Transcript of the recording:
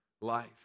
life